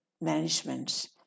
management